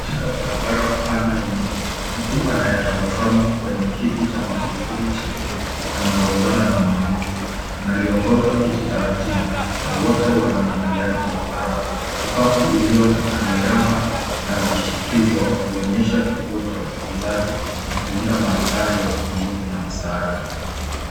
Katika barabara pana yenye nuru, mtu anayetabasamu kwenye kiti cha magurudumu chekundu, anaongozana na mwanamke. Analiongoza kiti taratibu na wote wanaangaliana kwa furaha. Sakafu iliyo na miraba na vishikizo huonyesha kituo cha ufunzaji na kuunda mandhari ya utulivu na msaada.